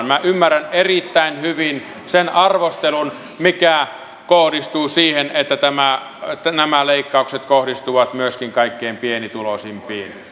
minä ymmärrän erittäin hyvin sen arvostelun mikä kohdistuu siihen että nämä leikkaukset kohdistuvat myöskin kaikkein pienituloisimpiin